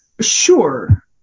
Sure